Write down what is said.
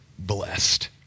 Blessed